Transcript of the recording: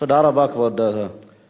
תודה רבה, כבוד השואל.